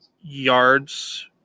yards